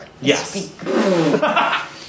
Yes